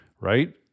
right